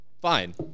fine